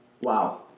Wow